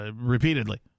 Repeatedly